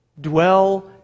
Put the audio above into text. Dwell